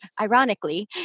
ironically